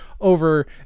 over